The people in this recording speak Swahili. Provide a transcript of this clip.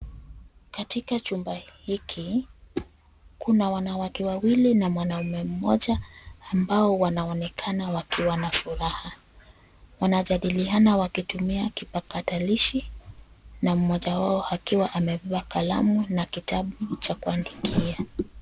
Katika chumba hiki kuna wanawake wawili na mwanamume mmoja ambao wanaonekana wakiwa na furaha. Wanajadiliana wakitumia kipakatalishi na mmoja wao akiwa amebeba kalamu na kitabu cha kuandikia.